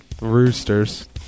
Roosters